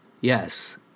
Yes